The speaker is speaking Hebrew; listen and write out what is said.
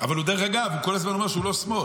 אבל הוא, דרך אגב, הוא כל הזמן אומר שהוא לא שמאל.